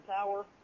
power